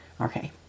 Okay